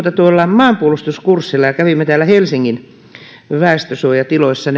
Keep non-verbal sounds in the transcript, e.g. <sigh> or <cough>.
maanpuolustuskurssilla ja kävimme täällä helsingin väestönsuojatiloissa <unintelligible>